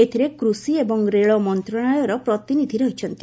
ଏଥିରେ କୃଷି ଏବଂ ରେଳ ମନ୍ତଶାଳୟର ପ୍ରତିନିଧି ରହିଛନ୍ତି